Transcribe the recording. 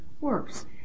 works